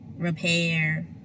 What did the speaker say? Repair